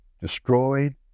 destroyed